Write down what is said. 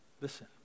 listen